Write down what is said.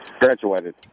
graduated